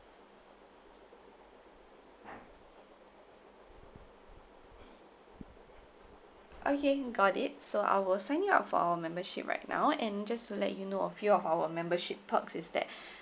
okay got it so I will sign you up for our membership right now and just to let you know a few of our membership perks is that